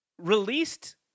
Released